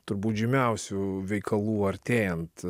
turbūt žymiausių veikalų artėjant